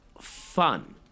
fun